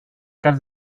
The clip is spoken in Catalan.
cas